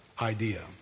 idea